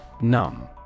Numb